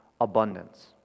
abundance